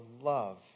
love